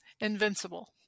Invincible